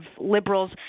liberals